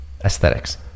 Aesthetics